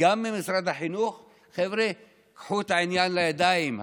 גם ממשרד החינוך: חבר'ה, קחו את העניין לידיים.